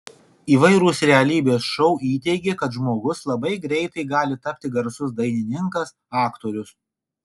įvairūs realybės šou įteigė kad žmogus labai greitai gali tapti garsus dainininkas aktorius